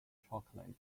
chocolate